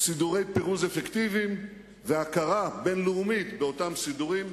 סידורי פירוז אפקטיביים והכרה בין-לאומית באותם סידורים.